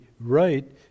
right